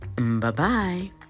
Bye-bye